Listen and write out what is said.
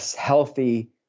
healthy